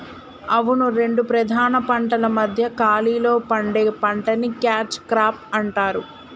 అవును రెండు ప్రధాన పంటల మధ్య ఖాళీలో పండే పంటని క్యాచ్ క్రాప్ అంటారు